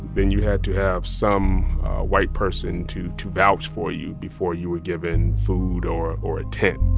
then you had to have some white person to to vouch for you before you were given food or or a tent